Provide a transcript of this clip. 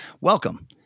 Welcome